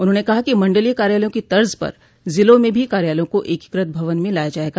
उन्होंने कहा कि मंडलीय कार्यालयों की तज पर ज़िलों में भी कार्यालयों को एकीकृत भवन में लाया जायेगा